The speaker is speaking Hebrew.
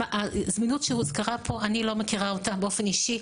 הזמינות שהוזכרה פה אני לא מכירה אותה באופן אישי,